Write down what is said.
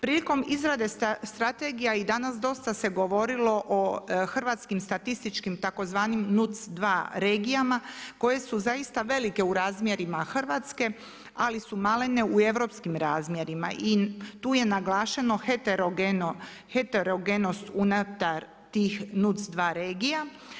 Prilikom izrade strategija i danas dosta se govorilo o hrvatskim statističkim tzv. NUC2 regijama koje su zaista velike u razmjerima Hrvatske, ali su malene u europskim razmjerima i tu je naglašeno heterogenost unutar tih NUC2 regija.